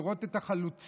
לראות את החלוציות,